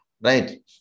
right